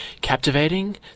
captivating